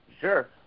Sure